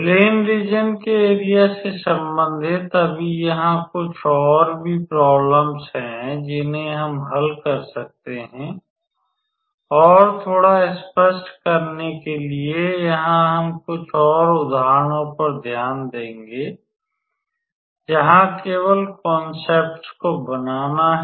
plan region के area से संबन्धित अभी यहाँ कुछ और भी प्रॉब्लेम्स हैं जिन्हे हम हल कर सकते हैं और थोड़ा स्पष्ट करने के लिए यहाँ हम कुछ और उदाहरणों पर ध्यान देंगे जहां केवल कोन्ससेप्ट को बनाना है